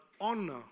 honor